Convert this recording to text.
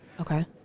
Okay